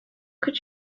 could